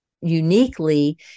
Uniquely